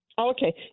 Okay